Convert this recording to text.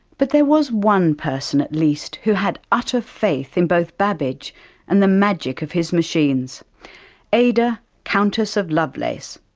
but there was one person at least who had utter faith in both babbage and the magic of his machines ada, countess of lovelace.